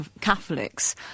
Catholics